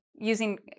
using